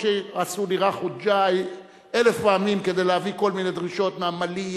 אף שעשו לי "ראח וג'אי" אלף פעמים כדי להביא כל מיני דרישות מהמאלייה.